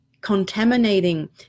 contaminating